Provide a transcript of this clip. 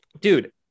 Dude